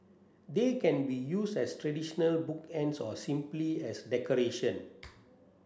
they can be used as traditional bookends or simply as decoration